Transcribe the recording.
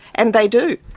and they do.